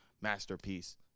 Masterpiece